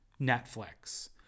Netflix